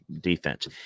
defense